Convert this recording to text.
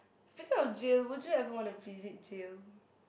speaking of jail would you ever want to visit jail